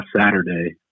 Saturday